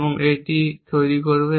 এবং এটি তৈরি করবে